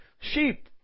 sheep